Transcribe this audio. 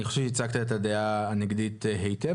אני חושב שהצגת את הדעה הנגדית היטב,